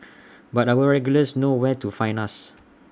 but our regulars know where to find us